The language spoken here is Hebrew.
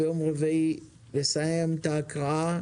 ביום רביעי נוכל לסיים את ההקראה